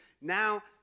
Now